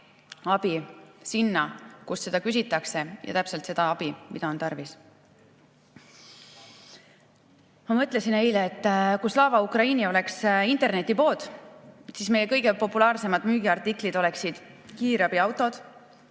abi sinna, kus seda küsitakse, ja täpselt seda abi, mida on tarvis. Ma mõtlesin eile, et kui Slava Ukraini oleks internetipood, siis meie kõige populaarsemad müügiartiklid oleksid kiirabiautod,